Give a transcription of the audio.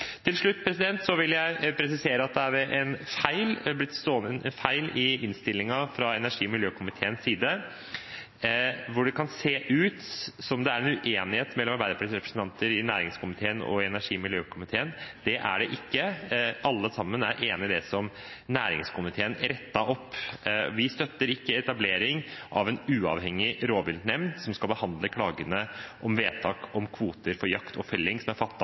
Til slutt vil jeg presisere at det er en feil i innstillingen fra energi- og miljøkomiteen, hvor det kan se ut som om det er en uenighet mellom Arbeiderpartiets representanter i næringskomiteen og energi- og miljøkomiteen. Det er det ikke. Alle sammen er enig i det som næringskomiteen rettet opp. Vi støtter ikke etablering av en uavhengig rovviltnemnd som skal behandle klagene om vedtak om kvoter for jakt og felling som er